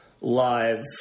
live